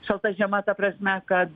šalta žiema ta prasme kad